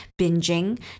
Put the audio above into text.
binging